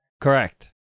Correct